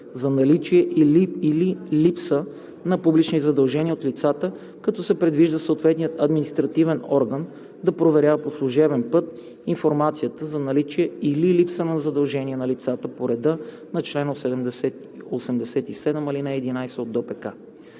за наличие или липса на публични задължения от лицата, като се предвижда съответният административен орган да проверява по служебен път информацията за наличие или липса на задължения на лицата по реда на чл. 87, ал. 11 от